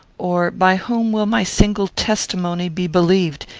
or by whom will my single testimony be believed,